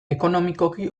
ekonomikoki